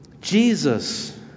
Jesus